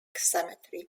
cemetery